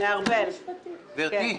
גברתי,